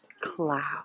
cloud